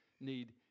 need